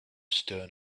stern